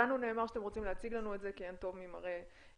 לנו נאמר שאתם רוצים להציג לנו את זה כי אין טוב ממראה עיניים.